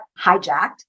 hijacked